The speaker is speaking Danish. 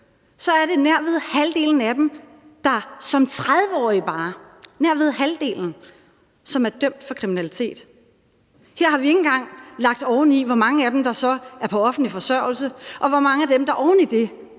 er det nærved halvdelen af dem, der bare som 30-årige er dømt for kriminalitet – nærved halvdelen af dem. Her har vi ikke engang lagt oveni, hvor mange af dem der så er på offentlig forsørgelse, og hvor mange af dem der oven i det